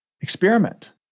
experiment